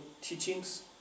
teachings